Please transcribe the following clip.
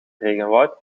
regenwoud